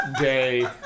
day